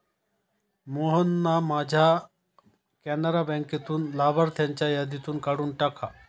मोहनना माझ्या कॅनरा बँकेतून लाभार्थ्यांच्या यादीतून काढून टाका